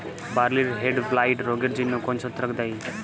বার্লির হেডব্লাইট রোগের জন্য কোন ছত্রাক দায়ী?